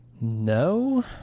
No